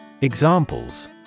Examples